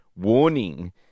warning